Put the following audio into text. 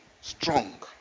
strong